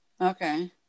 Okay